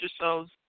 yourselves